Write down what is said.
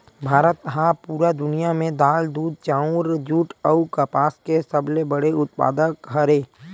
भारत हा पूरा दुनिया में दाल, दूध, चाउर, जुट अउ कपास के सबसे बड़े उत्पादक हरे